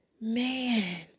man